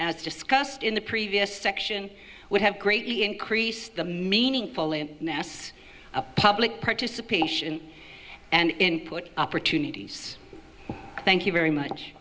as discussed in the previous section would have greatly increased the meaningful in us a public participation and input opportunities thank you very much